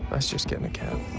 let's just get in a cab.